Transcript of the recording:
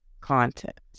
content